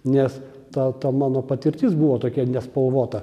nes ta ta mano patirtis buvo tokia nespalvota